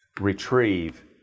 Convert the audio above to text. retrieve